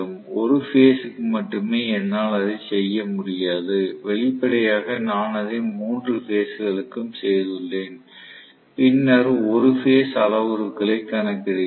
ஒரு பேஸ் க்கு மட்டும் என்னால் அதை செய்ய முடியாது வெளிப்படையாக நான் அதை 3 பேஸ் களுக்கும் செய்துள்ளேன் பின்னர் ஒரு பேஸ் அளவுருக்களை கணக்கிடுகிறேன்